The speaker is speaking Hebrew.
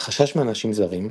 - חשש מאנשים זרים,